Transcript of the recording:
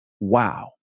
wow